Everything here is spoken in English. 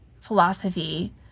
philosophy